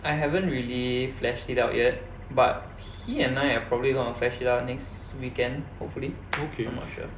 I haven't really fleshed it out yet but he and I are probably going to flesh it out next weekend hopefully I'm not sure